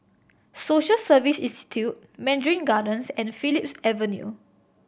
Social Service Institute Mandarin Gardens and Phillips Avenue